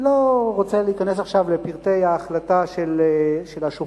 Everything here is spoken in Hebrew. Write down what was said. אני לא רוצה להיכנס עכשיו לפרטי ההחלטה של השופט,